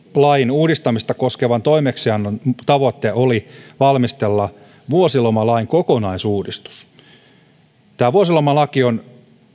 uudistamista koskevan toimeksiannon tavoite oli valmistella vuosilomalain kokonaisuudistus vuosilomalaki on